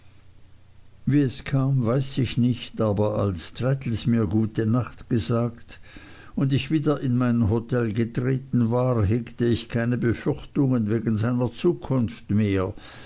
wie es kam weiß ich nicht aber als traddles mir gute nacht gesagt und ich wieder in mein hotel getreten war hegte ich keine befürchtungen wegen seiner zukunft mehr